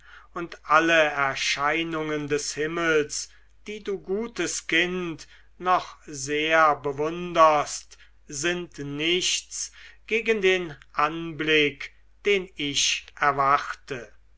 und alle erscheinungen des himmels die du gutes kind noch sehr bewunderst sind nichts gegen den anblick den ich erwarte